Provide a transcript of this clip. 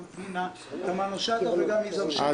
וגם פנינה תמנו שטה ונראה לי שגם יזהר שי,